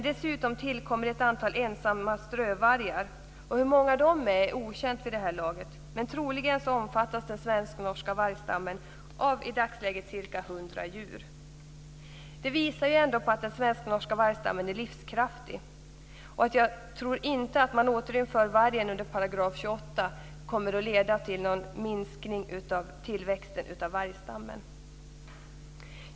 Dessutom tillkommer ett antal ensamma strövvargar. Hur många de är är okänt. Troligen omfattas den svensk-norska vargstammen i dagsläget av ca 100 djur. Det visar ändå på att den svensk-norska vargstammen är livskraftig. Att man återinför vargen under 28 § tror jag inte kommer att leda till någon minskning av tillväxten av vargstammen.